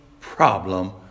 problem